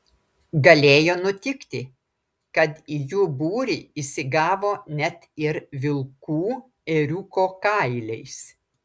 galėjo nutikti kad į jų būrį įsigavo net ir vilkų ėriuko kailiais